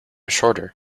shorter